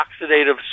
oxidative